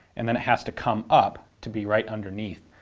and then it has to come up to be right underneath